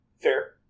Fair